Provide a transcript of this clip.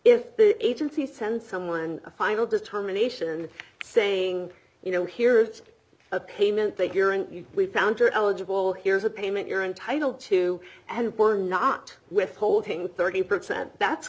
if the agency send someone a final determination saying you know here's a payment they gerent you we found you're eligible here's a payment you're entitled to and for not withholding thirty percent that's